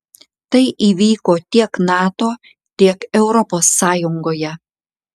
tai įvyko tiek nato tiek europos sąjungoje